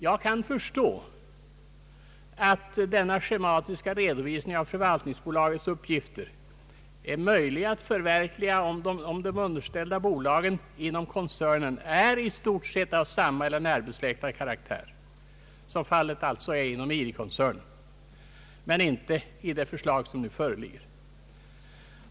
Jag kan förstå att denna schematiska redovisning av = förvaltningsbolagets uppgifter är möjlig att förverkliga, om de underställda bolagen inom koncernen är av i stort sett samma eller närbesläktad karaktär. Så är fallet inom IRI-koncernen, men inte i det förslag som nu föreligger.